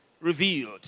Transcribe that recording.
revealed